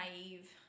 naive